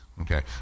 okay